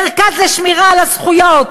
מרכז לשמירה על הזכויות,